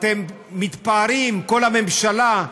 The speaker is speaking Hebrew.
ואתם מתפארים, כל הממשלה,